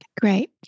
Great